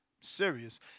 Serious